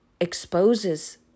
exposes